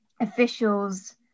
officials